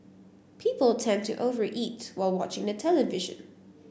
people tend to over eat while watching the television